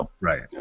Right